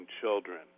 children